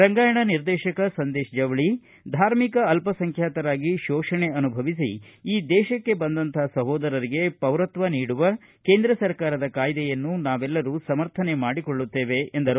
ರಂಗಾಯಣ ನಿರ್ದೇಶಕ ಸಂದೇಶ್ ಜವಳಿ ಧಾರ್ಮಿಕ ಅಲ್ಪಸಂಖ್ಯಾತರಾಗಿ ಶೋಷಣೆಯನ್ನು ಅನುಭವಿಸಿ ನಮ್ಮ ದೇಶಕ್ಕೆ ಬಂದಂಥ ಸಹೋದರರಿಗೆ ಪೌರತ್ವ ನೀಡುವ ಕೇಂದ್ರ ಸರ್ಕಾರದ ಕಾಯ್ದೆಯನ್ನು ನಾವೆಲ್ಲರೂ ಸಮರ್ಥನೆ ಮಾಡಿಕೊಳ್ಳುತೇವೆ ಎಂದರು